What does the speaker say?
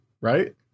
right